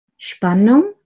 Spannung